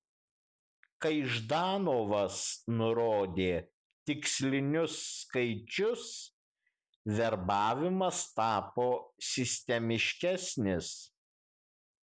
kai ždanovas nurodė tikslinius skaičius verbavimas tapo sistemiškesnis